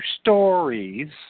stories